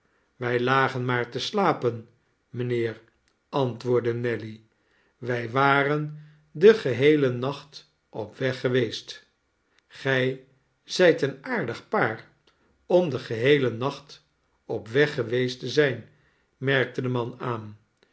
wij lagen maar te slapen mijnheer antwoordde nelly wij waren den geheelen nacht op weg geweest gij zijt een aardig paar om den geheelen nacht op weg geweest te zijn merkte de man aan